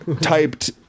typed